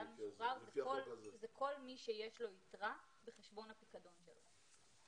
כל מי שיש לו יתרה בחשבון הפיקדון שלו.